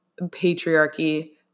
patriarchy